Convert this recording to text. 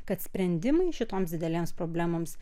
kad sprendimai šitoms didelėms problemoms